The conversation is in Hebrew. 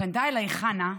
פנתה אליי חנה,